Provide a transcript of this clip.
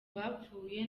bapfuye